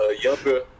younger